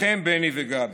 לכם, בני וגבי,